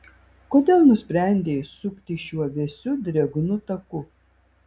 kodėl nusprendei sukti šiuo vėsiu drėgnu taku